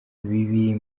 bibiri